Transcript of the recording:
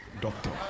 Doctor